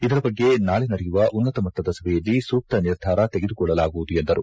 ಇದರ ಬಗ್ಗೆ ನಾಳೆ ನಡೆಯುವ ಉನ್ನತ ಮಟ್ಟದ ಸಭೆಯಲ್ಲಿ ಸೂಕ್ತ ನಿರ್ಧಾರ ತೆಗೆದುಕೊಳ್ಳಲಾಗುವುದು ಎಂದರು